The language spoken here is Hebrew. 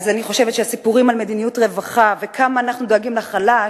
אז אני חושבת שהסיפורים על מדיניות רווחה וכמה אנחנו דואגים לחלש,